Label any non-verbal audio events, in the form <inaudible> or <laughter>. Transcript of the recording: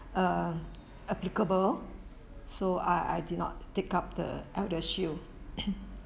uh applicable so I I did not take up the ElderShield <coughs>